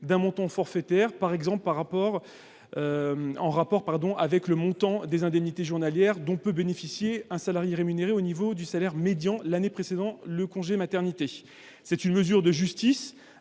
d'un montant forfaitaire, par exemple en rapport avec le montant des indemnités journalières dont peut bénéficier un salarié rémunéré au niveau du salaire médian l'année précédant le congé maternité. C'est une mesure de justice